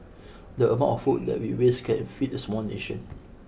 the amount of food that we waste can feed a small nation